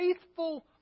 faithful